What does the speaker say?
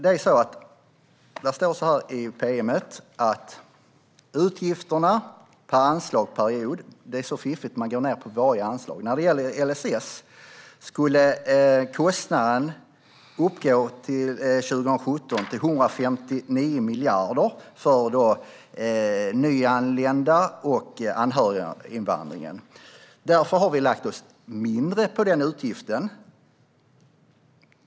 Det står i pm:et om utgifterna per anslagsperiod. Det är så fiffigt att man går ned på varje anslag. När det gäller LSS skulle kostnaden 2017 uppgå till 159 miljoner för nyanlända och anhöriginvandringen. Därför har vi lagt mindre på den utgiften.